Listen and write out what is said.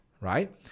right